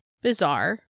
Bizarre